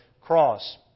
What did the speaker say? cross